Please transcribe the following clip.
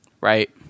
Right